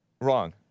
wrong